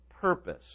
purpose